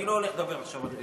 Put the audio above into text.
אני לא הולך לדבר עכשיו על,